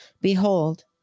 behold